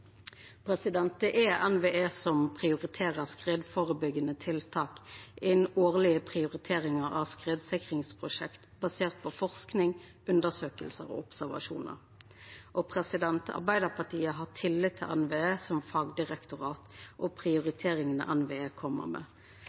Det er NVE som prioriterer skredførebyggjande tiltak i den årlege prioriteringa av skredsikringsprosjekt, basert på forsking, undersøkingar og observasjonar. Arbeidarpartiet har tillit til NVE som fagdirektorat og til prioriteringane NVE kjem med.